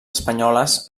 espanyoles